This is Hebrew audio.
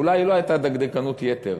ואולי היא לא הייתה דקדקנות יתר,